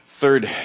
Third